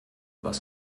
was